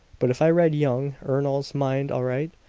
but if i read young ernol's mind aright,